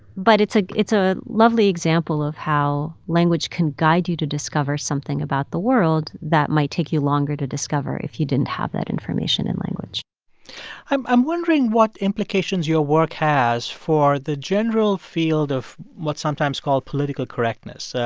but it's ah it's a lovely example of how language can guide you to discover something about the world that might take you longer to discover if you didn't have that information in language i'm i'm wondering what implications your work has for the general field of what's sometimes called political correctness. yeah